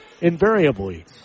invariably